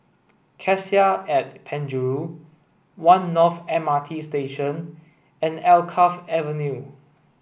Cassia at Penjuru One North M R T Station and Alkaff Avenue